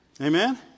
Amen